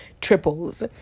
triples